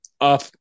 Up